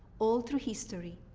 all through history.